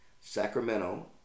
Sacramento